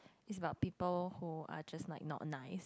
is about people who are just like not nice